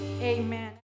amen